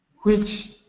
which